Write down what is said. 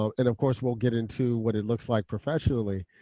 um and of course, we'll get into what it looks like professionally.